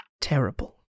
terrible